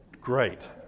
great